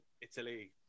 Italy